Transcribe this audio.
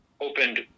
opened